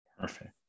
Perfect